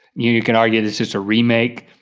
you can argue this is a remake